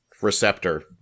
receptor